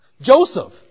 Joseph